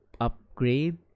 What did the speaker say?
upgrade